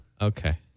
Okay